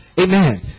Amen